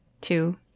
two